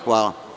Hvala.